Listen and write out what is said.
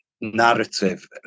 narrative